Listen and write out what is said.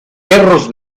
perros